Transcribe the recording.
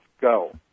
go